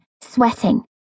sweating